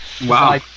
Wow